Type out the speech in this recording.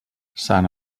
sant